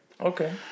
Okay